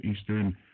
Eastern